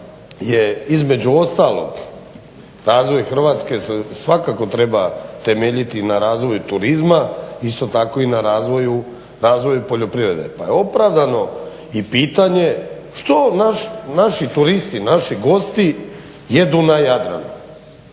između ostalog razvoj Hrvatske svakako treba temeljiti na razvoju turizma, isto tako i na razvoju poljoprivrede, pa je opravdano i pitanje što naši turisti, naši gosti jedu na Jadranu,